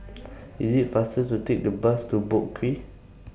IS IT faster to Take The Bus to Boat Quay